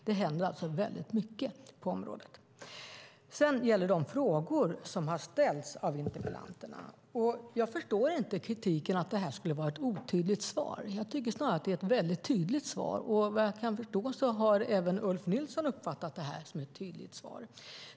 Det händer alltså väldigt mycket på området. Sedan har vi de frågor som har ställts av interpellanterna. Jag förstår inte kritiken att detta skulle vara ett otydligt svar. Jag tycker snarare att det är ett mycket tydligt svar. Vad jag kan förstå har även Ulf Nilsson uppfattat detta som ett tydligt svar.